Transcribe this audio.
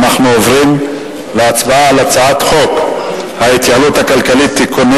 אנחנו עוברים להצבעה על הצעת חוק ההתייעלות הכלכלית (תיקוני